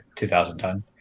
2010